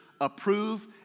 approve